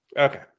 Okay